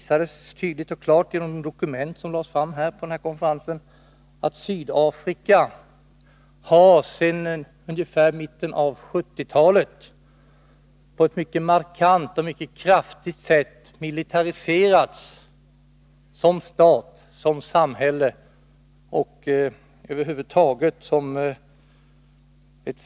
Som tydligt visades genom de dokument som lades fram vid konferensen har Sydafrika sedan omkring mitten av 1970-talet på ett mycket markant sätt militariserats som stat och som samhälle.